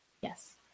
Yes